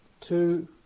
two